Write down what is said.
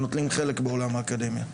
שנוטלים חלק בעולם האקדמיה.